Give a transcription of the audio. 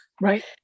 Right